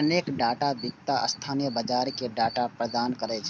अनेक डाटा विक्रेता स्थानीय बाजार कें डाटा प्रदान करै छै